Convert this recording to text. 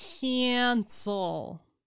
cancel